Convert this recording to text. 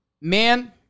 Man